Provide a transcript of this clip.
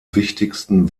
wichtigsten